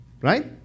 Right